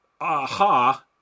aha